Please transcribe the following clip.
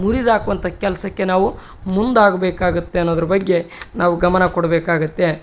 ಮುರಿದಾಕುವಂಥ ಕೆಲಸಕ್ಕೆ ನಾವು ಮುಂದಾಗಬೇಕಾಗುತ್ತೆ ಅನ್ನೋದ್ರ ಬಗ್ಗೆ ನಾವು ಗಮನ ಕೊಡಬೇಕಾಗುತ್ತೆ